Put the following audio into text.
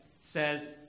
says